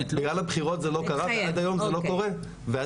בגלל הבחירות זה לא קרה ועד היום זה לא קורה ואז